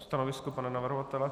Stanovisko pana navrhovatele?